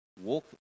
walk